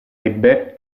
ebbe